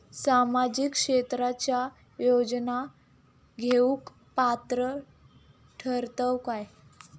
सामाजिक क्षेत्राच्या योजना घेवुक पात्र ठरतव काय?